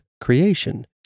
creation